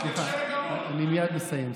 סליחה, אני מייד מסיים.